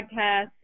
podcast